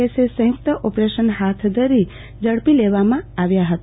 એસે સંયુક્ત ઓપરેશન હાથધરી ઝડપી લેવામાં આવ્યા હતા